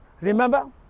Remember